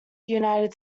united